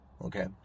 Okay